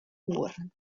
oeren